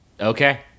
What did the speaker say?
Okay